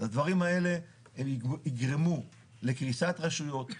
הדברים האלה יגרמו לקריסת רשויות.